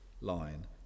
line